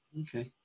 Okay